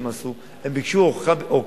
על העבודה המקיפה והיסודית שהם עשו.